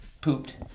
pooped